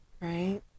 right